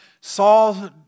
Saul